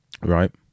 right